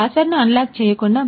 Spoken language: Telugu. పాస్వర్డ్ను అన్లాక్ చేయకుండా